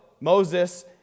Moses